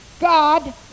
God